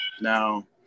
No